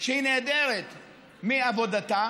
שהיא נעדרת מעבודתה,